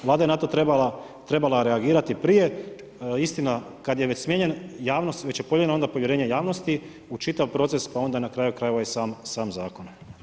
Vlada je na to trebala reagirati prije, istina, kad je već smijenjena, javnost, već je podijeljeno onda povjerenje javnosti u čitav proces, pa onda na kraju krajeva i sam zakon.